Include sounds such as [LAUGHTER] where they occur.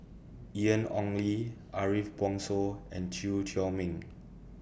Ian Ong [NOISE] Li Ariff Bongso and Chew Chor Meng [NOISE]